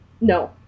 No